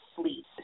sleep